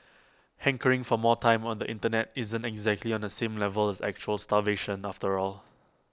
hankering for more time on the Internet isn't exactly on the same level as actual starvation after all